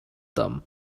them